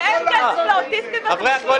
כסף לאוטיסטים?